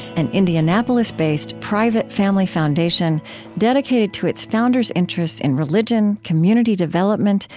an indianapolis-based, private family foundation dedicated to its founders' interests in religion, community development,